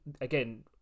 again